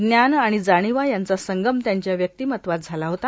ज्ञान आणि जाणीवा यांचा संगम त्यांच्या व्यक्तिमत्वात झाला होता